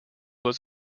was